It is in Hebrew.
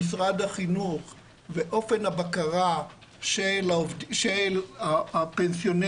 במשרד החינוך ואופן הבקרה של הפנסיונר,